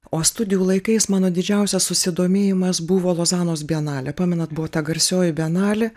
o studijų laikais mano didžiausias susidomėjimas buvo lozanos bienale pamenat buvo ta garsioji bienalė